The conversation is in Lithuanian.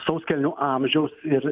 sauskelnių amžiaus ir